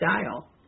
style